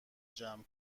جمع